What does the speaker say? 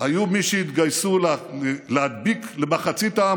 היו מי שהתגייסו להדביק למחצית העם,